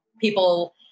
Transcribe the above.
people